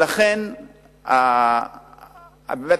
באמת,